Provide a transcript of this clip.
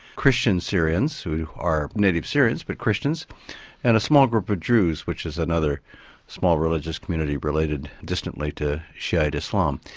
christian syrians who are native syrians but christians and a small group of druze which is another small religious community related distantly to shi'ite islam.